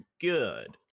good